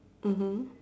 mmhmm